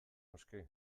noski